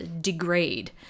degrade